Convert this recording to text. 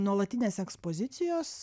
nuolatinės ekspozicijos